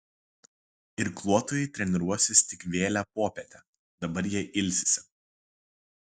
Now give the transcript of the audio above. irkluotojai treniruosis tik vėlią popietę dabar jie ilsisi